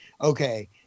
Okay